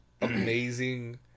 amazing